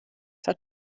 hat